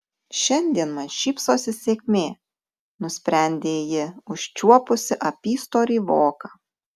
šiandien man šypsosi sėkmė nusprendė ji užčiuopusi apystorį voką